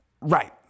Right